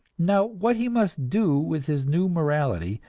now what he must do with his new morality,